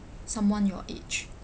someone your age